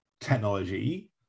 technology